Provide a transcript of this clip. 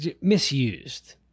misused